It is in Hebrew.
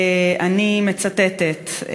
ואני מצטטת: